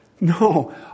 No